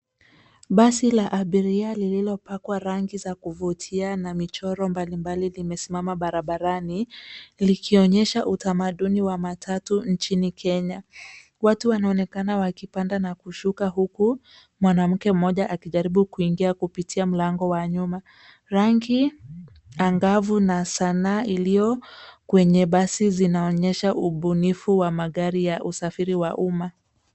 Basi la abiria lililopakwa rangi za kuvutia na michoro mbalimbali limesimama barabarani likionyesha utamaduni wa matatu nchini Kenya. Watu wanaonekana wakipanda waksihuka huku mwanamke mmoj akijaribu kuingia kupitia mlango wa nyuma. Rangi angavu na sana iliyo kwenye basi zinaonyesha ubunifu wa magari ya usafiri wa umma.